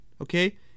Okay